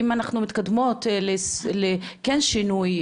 אם אנחנו מתקדמות לכן שינוי,